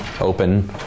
open